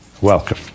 welcome